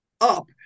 up